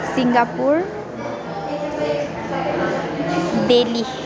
Singapore Delhi